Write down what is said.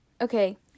okay